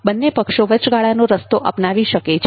બંને પક્ષો વચ્ચગાળાનો રસ્તો અપનાવી શકે છે